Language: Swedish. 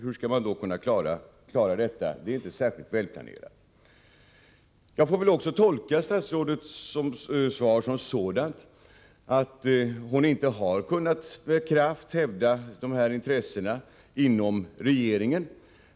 Hur skall man kunna klara det? Detta är inte särskilt väl planerat. Jag får väl tolka statsrådets svar så att hon inte med kraft har kunnat hävda dessa intressen inom regeringen.